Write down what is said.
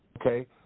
Okay